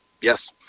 Yes